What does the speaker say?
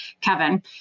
Kevin